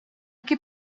que